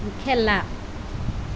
খেলা